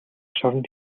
шоронд